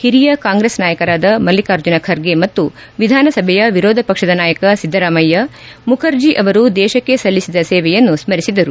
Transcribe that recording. ಹಿರಿಯ ಕಾಂಗ್ರೆಸ್ ನಾಯಕರಾದ ಮಲ್ಲಿಕಾರ್ಜುನ ಖರ್ಗೆ ಮತ್ತು ವಿಧಾನಸಭೆಯ ವಿರೋದ ಪಕ್ಷದ ನಾಯಕ ಸಿದ್ದರಾಮಯ್ಯ ಮುಖರ್ಜಿ ಅವರು ದೇಶಕ್ಕೆ ಸಲ್ಲಿಸಿದ ಸೇವೆಯನ್ನು ಸ್ಮರಿಸಿದರು